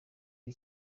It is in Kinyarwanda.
b’i